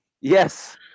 Yes